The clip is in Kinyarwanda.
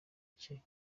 cye